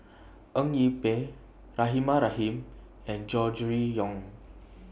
Eng Yee Peng Rahimah Rahim and Gregory Yong